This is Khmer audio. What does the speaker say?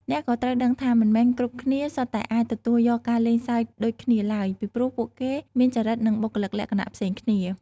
អ្នកក៏ត្រូវដឹងថា មិនមែនគ្រប់គ្នាសុទ្ធតែអាចទទួលយកការលេងសើចដូចគ្នាឡើយ ពីព្រោះពួកគេមានចរិតនិងបុគ្គលិកលក្ខណៈផ្សេងគ្នា។